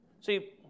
See